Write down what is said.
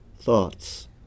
thoughts